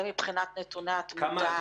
זה מבחינת נתוני התמותה.